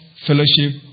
fellowship